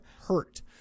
hurt